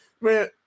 Man